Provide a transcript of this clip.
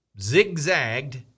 zigzagged